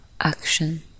action